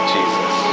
Jesus